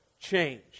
change